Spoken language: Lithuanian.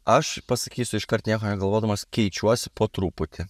aš pasakysiu iškart nieko negalvodamas keičiuos po truputį